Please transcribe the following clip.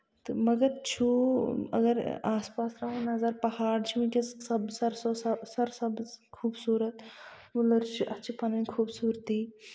تہٕ مَگر چھُ اَگر آس پاس تراوو نَظر پہاڑ چھِ ؤنکیٚس سَبز سرو سر سَبٔز خوٗبصوٗرت وۄلر چھُ اَتھ چھِ پَنٕنۍ خوٗبصوٗرتی